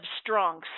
strong